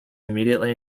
immediately